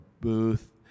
booth